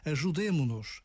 Ajudemo-nos